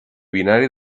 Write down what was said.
binari